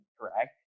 correct